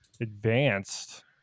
advanced